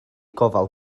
gofal